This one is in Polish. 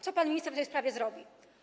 Co pan minister w tej sprawie zrobi?